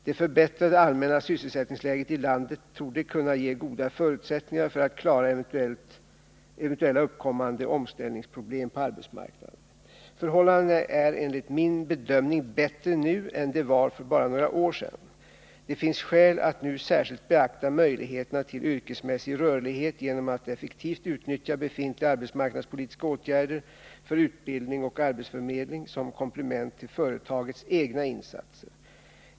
Det förbättrade allmänna sysselsättningsläget i landet torde kunna ge goda förutsättningar för att klara eventuella uppkommande omställningsproblem på arbetsmarknaden. Förhållandena är enligt min bedömning bättre nu än de var för bara några år sedan. Det finns skäl att nu särskilt beakta möjligheterna till yrkesmässig rörlighet genom att effektivt utnyttja befintliga arbetsmarknadspolitiska åtgärder för utbildning och arbetsförmedling som komplement till företagets egna insatser.